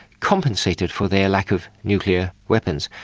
compensated for their lack of nuclear weapons.